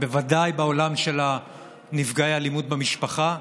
בוודאי בעולם של נפגעי אלימות במשפחה,